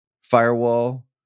firewall